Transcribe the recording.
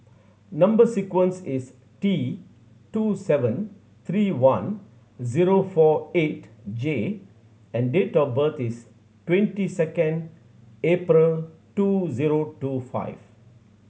number sequence is T two seven three one zero four eight J and date of birth is twenty second April two zero two five